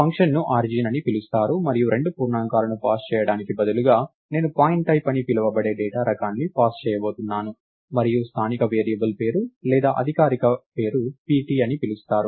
ఫంక్షన్ను ఆరిజిన్ అని పిలుస్తారు మరియు రెండు పూర్ణాంకాలను పాస్ చేయడానికి బదులుగా నేను పాయింట్టైప్ అని పిలువబడే డేటా రకాన్ని పాస్ చేయబోతున్నాను మరియు స్థానిక వేరియబుల్ పేరు లేదా అధికారిక పేరును pt అని పిలుస్తారు